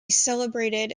celebrated